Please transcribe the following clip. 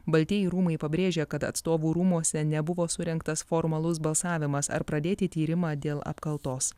baltieji rūmai pabrėžia kad atstovų rūmuose nebuvo surengtas formalus balsavimas ar pradėti tyrimą dėl apkaltos